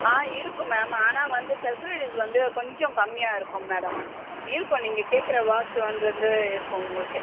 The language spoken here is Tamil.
ஆ இருக்கும் மேம் ஆனால் வந்து பெசிலிட்டிஸ் வந்து கொஞ்சம் கம்மியாக இருக்கும் மேடம் இருக்கும் நீங்கள் கேட்குற வாட்ச் வந்து இருக்கும் உங்களுக்கு